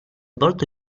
volto